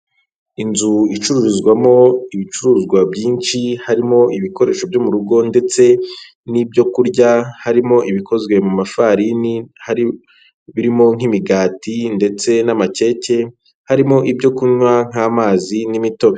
Inzu icururizwamo ibicuruzwa byinshi, harimo ibikoresho byo mu rugo ndetse n'ibyo kurya, harimo ibikozwe mu mafarini, birimo nk'imigati ndetse n'amakeke, harimo ibyo kunywa nk'amazi n'imitobe.